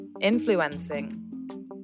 influencing